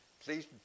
please